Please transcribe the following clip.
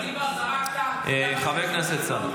אבל אם כבר זרקת --- חבר הכנסת סעדה,